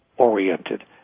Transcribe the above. oriented